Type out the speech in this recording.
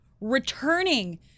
returning